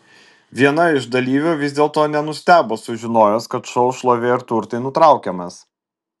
viena iš dalyvių vis dėlto nenustebo sužinojusi kad šou šlovė ir turtai nutraukiamas